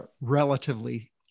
relatively